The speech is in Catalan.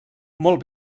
molt